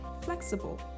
flexible